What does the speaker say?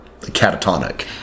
catatonic